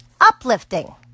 uplifting